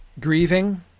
Grieving